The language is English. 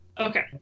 Okay